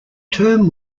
term